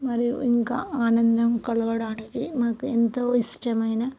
మరియు ఇంకా ఆనందం కలగడానికి మాకు ఎంతో ఇష్టమైన